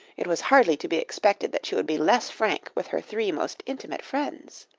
it was hardly to be expected that she would be less frank with her three most intimate friends.